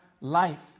life